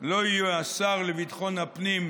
לא יהיה השר לביטחון הפנים,